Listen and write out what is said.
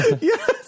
Yes